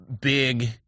big